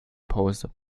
pause